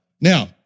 Now